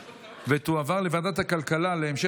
לוועדה הכלכלה נתקבלה.